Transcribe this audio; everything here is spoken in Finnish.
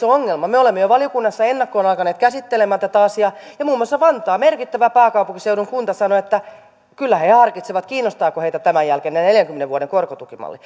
ongelma me me olemme jo valiokunnassa ennakkoon alkaneet käsittelemään tätä asiaa ja muun muassa vantaa merkittävä pääkaupunkiseudun kunta sanoo että kyllä he he harkitsevat kiinnostaako heitä tämän jälkeen enää neljänkymmenen vuoden korkotukimalli